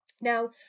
Now